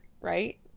right